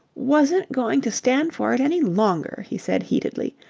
wasn't going to stand for it any longer, he said heatedly.